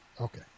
Okay